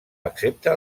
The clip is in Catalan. accepta